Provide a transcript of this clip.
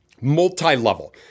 multi-level